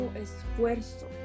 esfuerzo